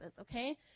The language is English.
okay